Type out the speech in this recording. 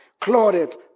Claudette